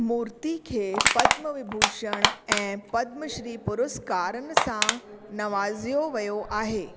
मूर्ती खे पद्म विभूषण ऐं पद्म श्री पुरस्कारनि सां नवाज़ियो वियो आहे